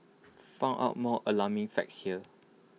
find out more alarming facts here